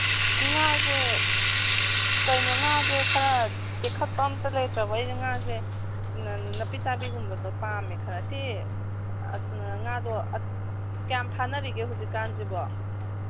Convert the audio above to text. ꯉꯥꯁꯦ ꯀꯩꯅꯣ ꯉꯥꯁꯦ ꯈꯔ ꯇꯦꯛꯈꯠꯄ ꯑꯝꯇ ꯂꯩꯇ꯭ꯔꯕꯣ ꯑꯩꯅ ꯉꯥꯁꯦ ꯅꯥꯄꯤꯆꯥꯕꯤꯒꯨꯝꯕꯗꯣ ꯄꯥꯝꯃꯦ ꯈꯔ ꯁꯤ ꯉꯥꯗꯣ ꯀꯌꯥꯝ ꯐꯥꯅꯔꯤꯒꯦ ꯍꯧꯖꯤꯛꯀꯥꯟꯁꯤꯕꯣ